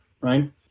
right